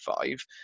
five